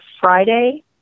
Friday